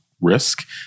risk